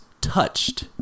touched